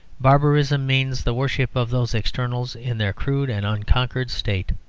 barbarism means the worship of those externals in their crude and unconquered state.